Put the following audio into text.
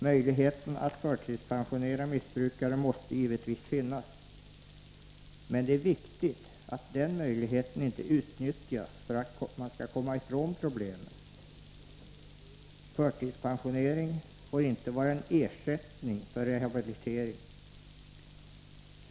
Möjligheten att förtidspensionera missbrukare måste givetvis finnas. Men det är viktigt att den möjligheten inte utnyttjas för att man skall komma ifrån problemen. Förtidspensionering får inte vara en ersättning för rehabilitering.